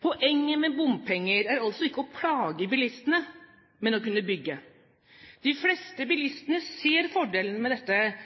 Poenget med bompenger er altså ikke å plage bilistene, men å kunne bygge. De fleste bilistene ser fordelene ved dette,